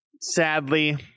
Sadly